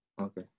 Okay